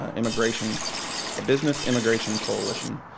ah immigration a business immigration coalition,